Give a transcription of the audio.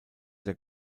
der